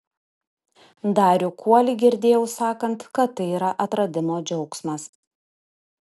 darių kuolį girdėjau sakant kad tai yra atradimo džiaugsmas